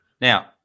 Now